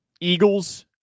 Eagles